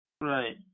Right